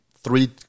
three